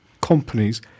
companies